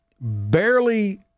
barely